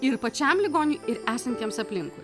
ir pačiam ligoniui ir esantiems aplinkui